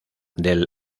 del